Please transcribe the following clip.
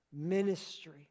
ministry